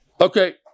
Okay